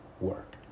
work